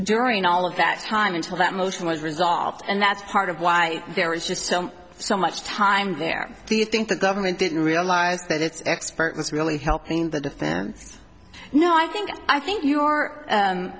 during all of that time until that motion was resolved and that's part of why there was just so so much time there do you think the government didn't realize that it's expert is really helping the defense no i think i think